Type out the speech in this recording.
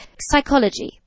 psychology